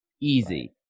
easy